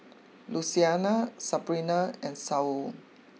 Luciana Sabrina and Saul